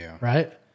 right